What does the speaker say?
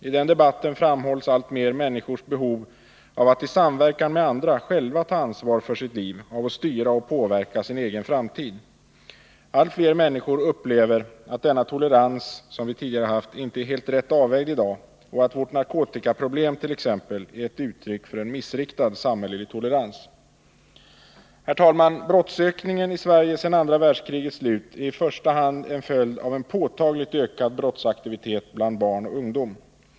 I den debatten framhålles alltmer människors behov av att i samverkan med andra själva ta ansvar för sitt liv, av att styra och påverka sin egen framtid. Allt fler människor upplever att den tolerans som vi tidigare haft inte är helt rätt avvägd i dag och att vårt narkotikaproblem t.ex. är ett uttryck för en missriktad samhällelig tolerans. Herr talman! Brottsökningen i Sverige sedan andra världskrigets slut är i första hand en följd av en påtagligt ökad brottsaktivitet bland barn och ungdom.